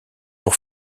pour